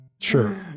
sure